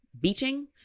beaching